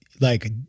like-